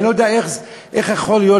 אני לא יודע איך יכול להיות,